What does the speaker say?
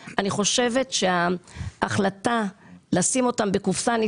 אני חושבת שכזה דבר צריך לקומם את כולנו,